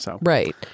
Right